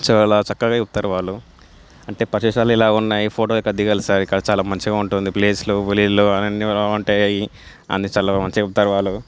చాలా చక్కగా చెప్తరు వాళ్ళు అంటే ప్రదేశాలు ఇలా ఉన్నాయి ఫోటో ఇక్కడ డిగాలి సార్ ఇక్కడ చాలా మంచిగా ఉంటుంది ప్లేస్లు నీళ్ళు అన్నీ ఉంటాయి అన్ని చాలా మంచిగా చెప్తరు వాళ్ళు